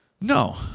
No